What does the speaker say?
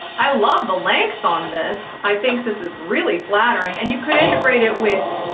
i love the length on this. i think this is really flattering, and you could integrate it with,